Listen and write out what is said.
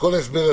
לחצי שעה